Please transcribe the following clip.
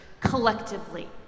collectively